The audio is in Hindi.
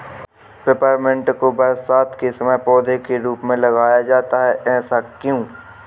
पेपरमिंट को बरसात के समय पौधे के रूप में लगाया जाता है ऐसा क्यो?